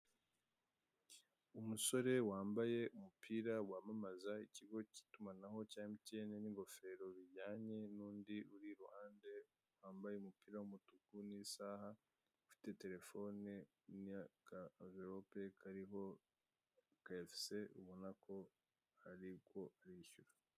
Umusore wambaye umupira wamamaza ikigo cy'itumanaho cya MTN n'ingofero bijyanye, n'undi uri iruhande wambaye umupira w'umutuku n'isaha, ufite telefone n'akamvelope kariho akarese, ubona ko ari ko bishyura.